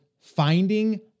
finding